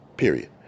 Period